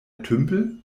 tümpel